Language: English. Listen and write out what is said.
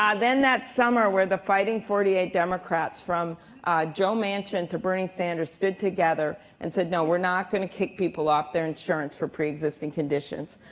um then that summer, where the fighting forty eight democrats from joe manchin to bernie sanders stood together and said no, we're not gonna kick people off their insurance for pre-existing conditions,